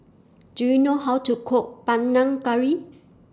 Do YOU know How to Cook Panang Curry